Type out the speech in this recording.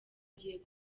agiye